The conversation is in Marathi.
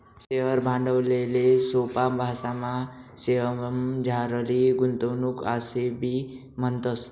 शेअर भांडवलले सोपा भाशामा शेअरमझारली गुंतवणूक आशेबी म्हणतस